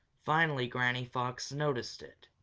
finally granny fox noticed it.